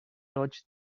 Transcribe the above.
dodged